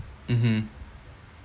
mmhmm